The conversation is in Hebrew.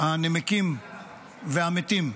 הנמקים והמתים בעזה,